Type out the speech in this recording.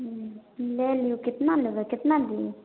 ले लू केतना लेबै केतना दी